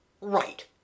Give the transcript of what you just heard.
Right